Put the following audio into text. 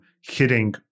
hitting